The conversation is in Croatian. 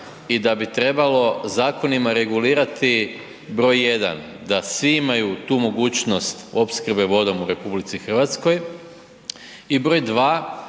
i da bi trebalo zakonima regulirati br. 1. da svi imaju tu mogućnost opskrbe vodom u RH i br. 2.